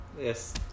Yes